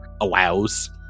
allows